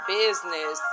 business